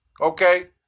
Okay